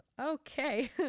okay